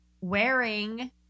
wearing